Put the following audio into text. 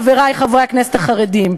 חברי חברי הכנסת החרדים,